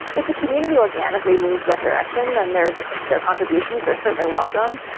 if the community organically moves that direction and there's their contributions, they're certainly welcome,